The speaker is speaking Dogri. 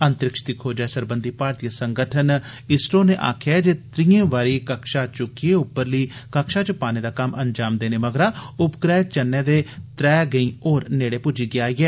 अंतरिक्ष दी खोजै सरबंधी भारती संगठन पेत्व नै आखेआ ऐ जे त्रीएं बारी कक्षा चुक्कियै उप्परली कक्षा च पाने दा कम्म अंजाम देने मगरा उपग्रह चन्नै दे त्रै गैंई होर नेड़ै पुज्जी गेआ ऐ